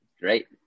Great